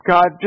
God